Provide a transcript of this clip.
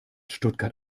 stuttgart